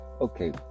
Okay